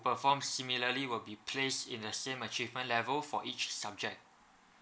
performed similarly will be placed in the same achievement level for each subject